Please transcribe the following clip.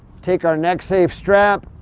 take our neck safe strap,